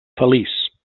feliç